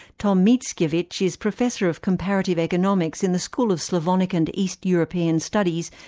tom mickiewicz is professor of comparative economics in the school of slavonic and east european studies,